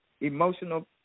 emotional